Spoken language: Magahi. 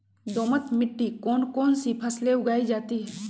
दोमट मिट्टी कौन कौन सी फसलें उगाई जाती है?